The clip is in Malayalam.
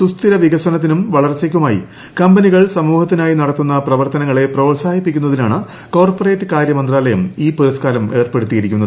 സുസ്ഥിര വികസനത്തിനും വളർച്ചയ്ക്കുമായി കമ്പിയികൾ സമൂഹത്തിനായി നടത്തുന്ന പ്രവർത്തനങ്ങളെ പ്രോത്സാഹിപ്പിക്കുന്നതിനാണ് കോർപ്പറേറ്റ് കാര്യമന്ത്രാലയം ഈ പുരസ്കാരം ഏർപ്പെടുത്തിയിരിക്കുന്നത്